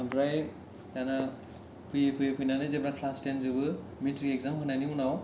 ओमफ्राय दाना फैयै फैयै फैनानै जेब्ला क्लास थेन जोबो मेट्रिक एग्जाम होनायनि उनाव